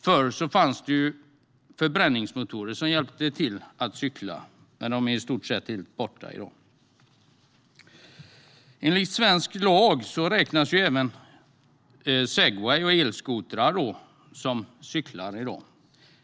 Förr fanns det förbränningsmotorer som hjälpte till, men de är i stort sett borta i dag. Enligt svensk lag räknas även segway och elskotrar som cyklar i dag.